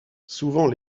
souvent